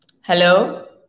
Hello